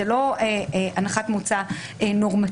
זו לא הנחת מוצא נורמטיבית.